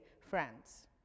France